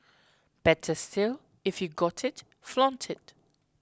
better still if you've got it flaunt it